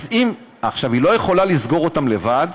היא לא יכולה לסגור אותם לבד,